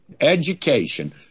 education